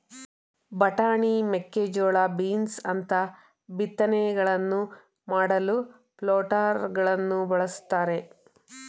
ಬಟಾಣಿ, ಮೇಕೆಜೋಳ, ಬೀನ್ಸ್ ಅಂತ ಬಿತ್ತನೆಗಳನ್ನು ಮಾಡಲು ಪ್ಲಾಂಟರಗಳನ್ನು ಬಳ್ಸತ್ತರೆ